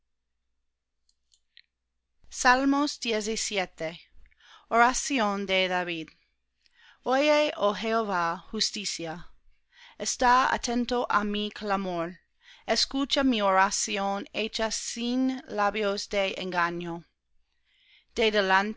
para siempre oración de david oye oh jehová justicia está atento á mi clamor escucha mi oración hecha sin labios de engaño